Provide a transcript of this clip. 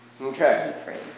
Okay